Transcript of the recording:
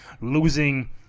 losing